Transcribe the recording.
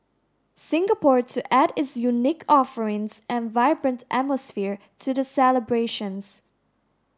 Singapore to add its unique offerings and vibrant atmosphere to the celebrations